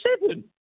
seven